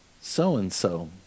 so-and-so